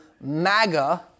Maga